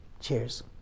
Cheers